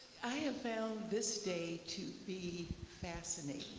i have found this day to be fascinating.